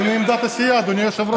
הינה עמדת הסיעה, אדוני היושב-ראש.